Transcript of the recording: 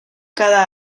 cada